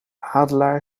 adelaar